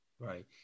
Right